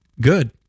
Good